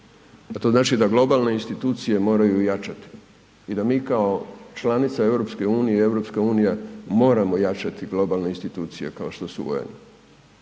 A to znači da globalne institucije moraju jačati i da mi kao članica EU-e i EU moramo jačati globalne institucije kao što su UN.